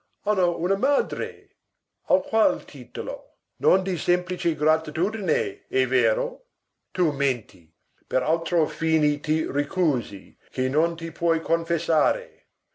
hanno una madre a qual titolo non di semplice gratitudine è vero tu menti per altro fine ti ricusi che non puoi confessare